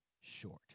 short